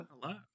Hello